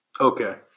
Okay